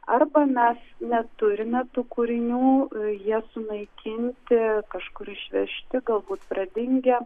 arba mes neturime tų kūrinių jie sunaikinti kažkur išvežti galbūt pradingę